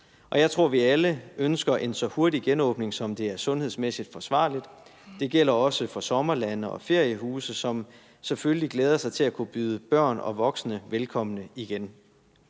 Jeg tror, at vi alle ønsker en så hurtig genopbygning, som det er sundhedsmæssigt forsvarligt, og det gælder også for sommerlande og feriehuse, som selvfølgelig glæder sig til at kunne byde børn og voksne velkommen igen.